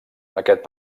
aquest